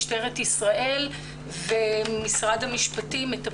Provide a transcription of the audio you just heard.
משטרת ישראל ומשרד המשפטים מטפלים.